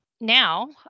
now